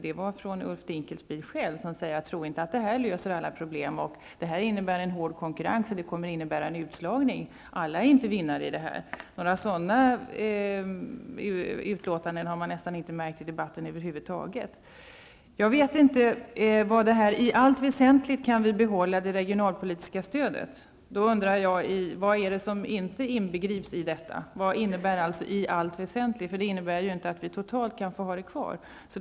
Det var Ulf Dinkenspiel själv som sade att man inte skall tro att det här löser alla problem, att det här innebär en hård konkurrens och att det kommer att innebära utslagning. Alla är inte vinnare. Några sådana utlåtanden har man nästan inte märkt i debatten över huvud taget. Jag vet inte vad som menas med att vi ''i allt väsentligt'' kan behålla det regionalpolitiska stödet. Jag undrar vad det är som inte inbegrips i detta. Vad innebär alltså ''i allt väsentligt''? Det kan ju inte innebära att det totala regionala stödet får vara kvar.